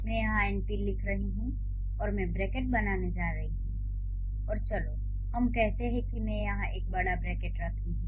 मैं यहाँ एनपी लिख रही हूँ और मैं ब्रैकेट बनाने जा रही हूँ और चलो हम कहते हैं कि मैं यहाँ एक बड़ा ब्रैकेट रख रही हूँ